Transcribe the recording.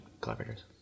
collaborators